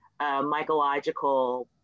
mycological